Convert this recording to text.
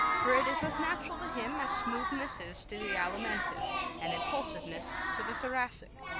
for it is as natural to him as smoothness is to the alimentive and impulsiveness to the thoracic.